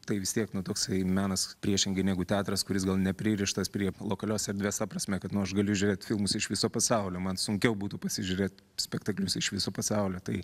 tai vis tiek nu toksai menas priešingai negu teatras kuris gal nepririštas prie lokalios erdvės ta prasme kad nu aš gali žiūrėt filmus iš viso pasaulio man sunkiau būtų pasižiūrėt spektaklius iš viso pasaulio tai